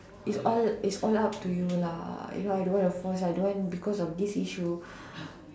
it's all it's all up to you lah you know I don't want to force I don't want because of this issue